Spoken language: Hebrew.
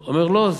הוא אומר: לא,